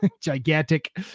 gigantic